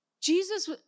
Jesus